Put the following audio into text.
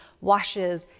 washes